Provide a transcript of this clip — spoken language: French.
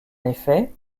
effet